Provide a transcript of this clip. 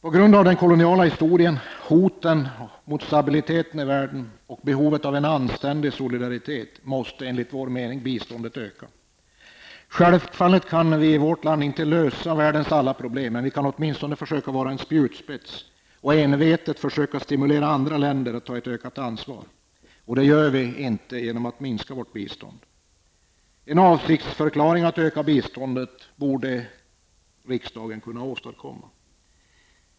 På grund av den koloniala historien, hoten mot stabiliteten i världen och behovet av en anständig solidaritet måste enligt vår mening biståndet öka. Självfallet kan vi i vårt land inte lösa världens alla problem, men vi kan åtminstone försöka vara en spjutspets och envetet försöka stimulera andra länder att ta ett ökat ansvar. Det gör vi inte genom att minska vårt bistånd. Riksdagen borde kunna åstadkomma en avsiktsförklaring att öka biståndet.